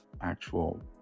actual